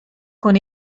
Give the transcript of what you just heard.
con